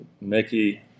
Mickey